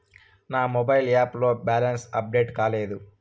నా mobile app లో balance update కాలేదు